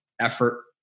effort